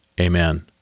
Amen